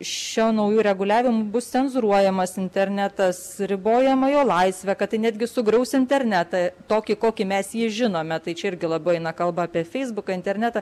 šiuo nauju reguliavimu bus cenzūruojamas internetas ribojama jo laisvė kad tai netgi sugriaus internetą tokį kokį mes jį žinome tai čia irgi labai eina kalba apie feisbuką internetą